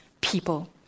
people